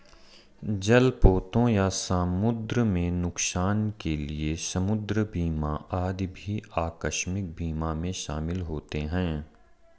जलपोतों या समुद्र में नुकसान के लिए समुद्र बीमा आदि भी आकस्मिक बीमा में शामिल होते हैं